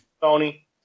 Tony